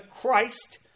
Christ